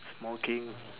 smoking